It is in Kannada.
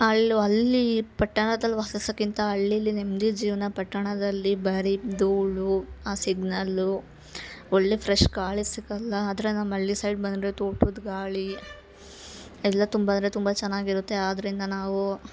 ಅಲ್ಲು ಅಲ್ಲೀ ಪಟ್ಟಣದಲ್ಲಿ ವಾಸಿಸಕಿಂತ ಹಳ್ಳಿಲಿ ನೆಮ್ಮದಿ ಜೀವನ ಪಟ್ಟಣದಲ್ಲಿ ಬರಿ ಧೂಳು ಆ ಸಿಗ್ನಲು ಒಳ್ಳೆಯ ಫ್ರೆಶ್ ಗಾಳಿ ಸಿಗಲ್ಲ ಆದರೆ ನಮ್ಮ ಹಳ್ಳಿ ಸೈಡ್ ಬಂದರೆ ತೋಟದ ಗಾಳಿ ಎಲ್ಲ ತುಂಬ ಅಂದರೆ ತುಂಬ ಚೆನ್ನಾಗಿರುತ್ತೆ ಆದ್ದರಿಂದ ನಾವು